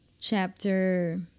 chapter